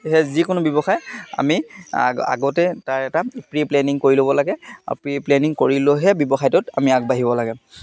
সেয়ে যিকোনো ব্যৱসায় আমি আগ আগতে তাৰ এটা প্ৰি প্লেনিং কৰি ল'ব লাগে আৰু প্ৰি প্লেনিং কৰি লৈহে ব্যৱসায়টোত আমি আগবাঢ়িব লাগে